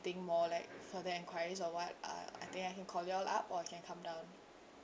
~thing more like further enquiries or what uh I think I can call you all up or I can come down